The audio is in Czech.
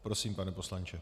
Prosím, pane poslanče.